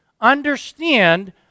understand